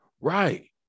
Right